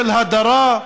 של הדרה,